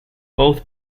both